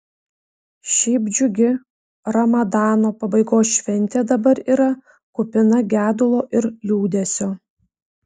šiaip džiugi ramadano pabaigos šventė dabar yra kupina gedulo ir liūdesio